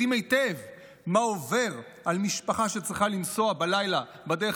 יודעים היטב מה עובר על משפחה שצריכה לנסוע בלילה בדרך